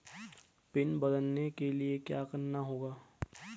Pin बदलने के लिए क्या करना होगा?